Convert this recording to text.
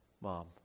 mom